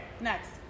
next